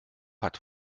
hat